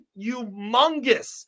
humongous